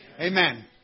Amen